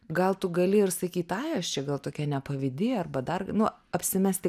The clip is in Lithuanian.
gal tu gali ir sakyt ai aš čia gal tokia nepavydi arba dar nu apsimesti